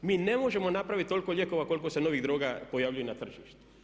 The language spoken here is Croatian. Mi ne možemo napraviti toliko lijekova koliko se novih droga pojavljuje na tržištu.